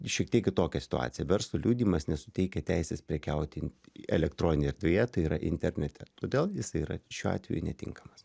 šiek tiek kitokia situacija verslo liudijimas nesuteikia teisės prekiauti elektroninėj erdvėje tai yra internete todėl jisai yra šiuo atveju netinkamas